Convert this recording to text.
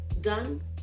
done